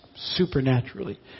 Supernaturally